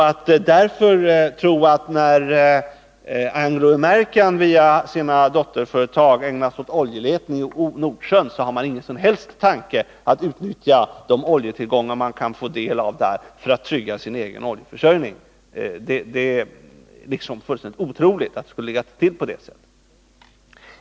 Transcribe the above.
Att Anglo-American, som via sina dotterföretag ägnar sig åt oljeletning i Nordsjön, inte skulle ha någon som helst tanke på att utnyttja de oljetillgångar man kan få del av där för att trygga sin egen oljeförsörjning är därför fullständigt otroligt.